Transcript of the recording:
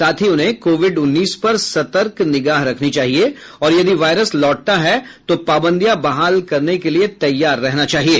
साथ ही उन्हें कोविड उन्नीस पर सतर्क निगाह रखनी चाहिये और यदि वायरस लौटता है तो पाबंदियां बहाल करने के लिये तैयार रहना चाहिये